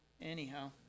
Anyhow